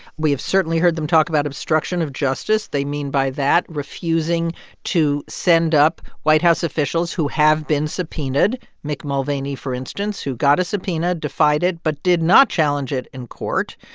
we have certainly heard them talk about obstruction of justice. they mean by that refusing to send up white house officials who have been subpoenaed mick mulvaney, for instance, who got a subpoena, defied it but did not challenge it in court.